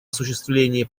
осуществление